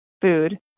food